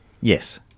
Yes